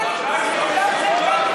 הבית היהודי זאת לא מפלגה,